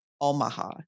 Omaha